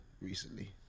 recently